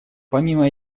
помимо